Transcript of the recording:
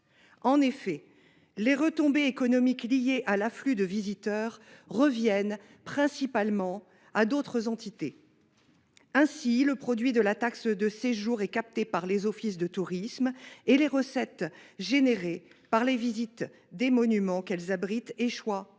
En effet, les retombées économiques liées à l’afflux de visiteurs reviennent principalement à d’autres entités. Ainsi, le produit de la taxe de séjour est capté par les offices de tourisme et les recettes suscitées par la visite des monuments qu’elles abritent échoient